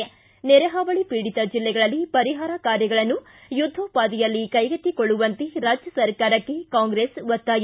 ಿ ನೆರೆ ಹಾವಳಿ ಪೀಡಿತ ಜಿಲ್ಲೆಗಳಲ್ಲಿ ಪರಿಹಾರ ಕಾರ್ಯಗಳನ್ನು ಯುದ್ದೋಪಾದಿಯಲ್ಲಿ ಕೈಗೊಳ್ಳುವಂತೆ ರಾಜ್ಯ ಸರ್ಕಾರಕ್ಕೆ ಕಾಂಗ್ರೆಸ್ ಒತ್ತಾಯ